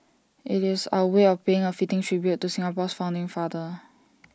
IT is our way of paying A fitting tribute to Singapore's founding father